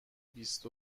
بیست